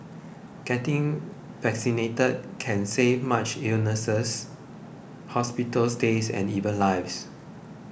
getting vaccinated can save much illness hospital stays and even lives